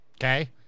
Okay